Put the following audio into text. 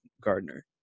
Gardner